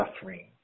suffering